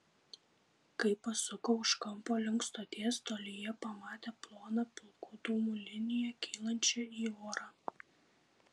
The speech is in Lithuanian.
kai pasuko už kampo link stoties tolyje pamatė ploną pilkų dūmų liniją kylančią į orą